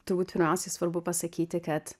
turbūt pirmiausiai svarbu pasakyti kad